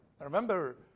Remember